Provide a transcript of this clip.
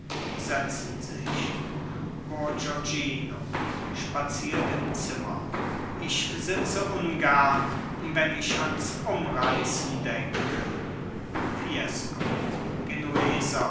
setzen sich bourgognino spaziert im zimmer ich sitze ungern wenn ich ans umreißen denke fiesco